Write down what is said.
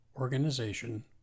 organization